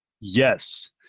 yes